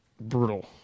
brutal